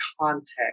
context